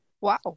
Wow